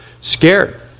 Scared